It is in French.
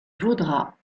vaudra